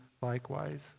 likewise